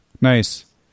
Nice